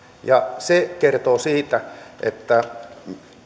ja se kertoo siitä että